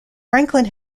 franklin